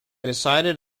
decided